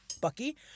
Bucky